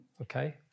okay